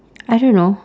I don't know